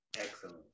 Excellent